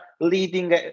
leading